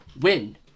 win